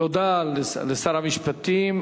תודה לשר המשפטים.